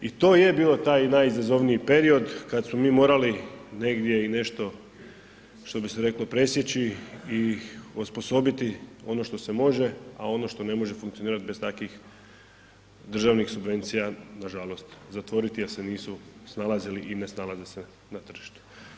I to je bio taj najizazovniji period kad smo mi morali negdje i nešto što bi se reklo presjeći i osposobiti ono što se može, a ono što ne može funkcionirat bez takvih državnih subvencija nažalost zatvoriti jer se nisu snalazili i ne snalaze se na tržištu.